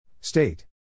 State